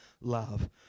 love